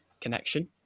connection